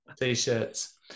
T-shirts